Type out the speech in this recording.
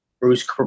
Bruce